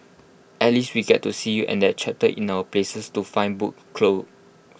at least we get to see you and that chapter in our places to find book closed